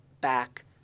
back